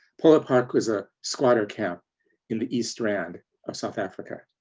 phola park was a squatter camp in the east rand of south africa,